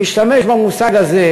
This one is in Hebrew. משתמש במושג הזה,